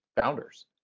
founders